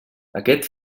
aquest